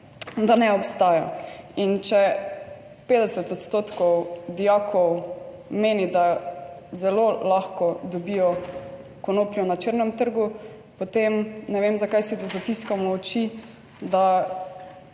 da ne obstaja. In če 50 odstotkov dijakov meni, da zelo lahko dobijo konopljo na črnem trgu, potem ne vem, zakaj si ne zatiskamo oči, da